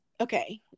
okay